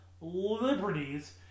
liberties